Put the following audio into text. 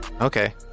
okay